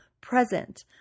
present